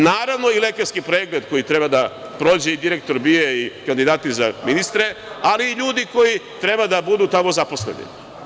Naravno, i lekarski pregled koji treba da prođe i direktor BIA i kandidati za ministre, ali i ljudi koji treba da budu tamo zaposleni.